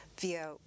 via